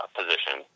position